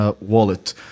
wallet